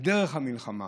בדרך המלחמה